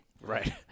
Right